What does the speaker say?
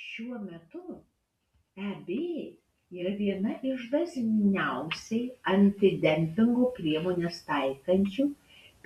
šiuo metu eb yra viena iš dažniausiai antidempingo priemones taikančių